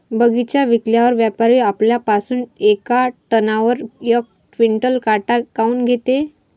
बगीचा विकल्यावर व्यापारी आपल्या पासुन येका टनावर यक क्विंटल काट काऊन घेते?